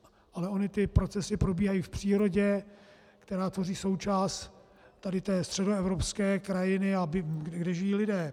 Ale ony tyto procesy probíhají v přírodě, která tvoří součást té středoevropské krajiny, kde žijí lidé.